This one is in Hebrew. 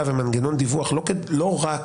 ומנגנון דיווח, לא רק